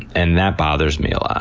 and that bothers me ah